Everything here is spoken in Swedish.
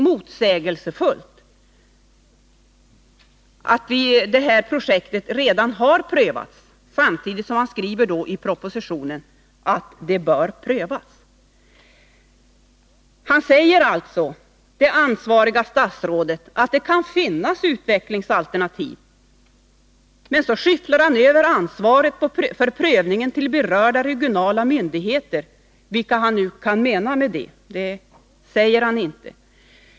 Det är emellertid ett synnerligen motsägelsefullt påstående, eftersom man i propositionen skriver att projektet bör prövas. Det ansvariga statsrådet säger alltså att det kan finnas utvecklingsalternativ, men samtidigt skyfflar han över ansvaret för prövningen till berörda regionala myndigheter — vilka han nu kan avse.